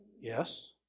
Yes